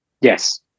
Yes